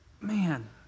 Man